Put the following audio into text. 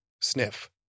sniff